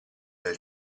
del